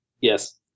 Yes